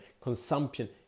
consumption